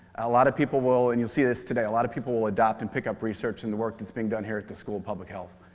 a lot of people will and you'll see this today a lot of people will adopt and pick up research and the work that's being done here at the school of public health.